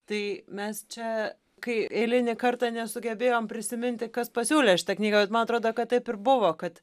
tai mes čia kai eilinį kartą nesugebėjom prisiminti kas pasiūlė šitą knygą bet man atrodo kad taip ir buvo kad